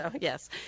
Yes